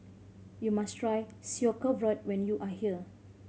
you must try Sauerkraut when you are here